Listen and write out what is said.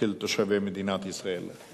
של תושבי מדינת ישראל.